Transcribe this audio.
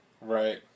Right